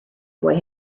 boy